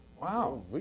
Wow